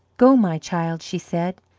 go, my child, she said.